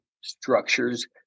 structures